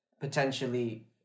potentially